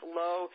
low